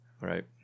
Right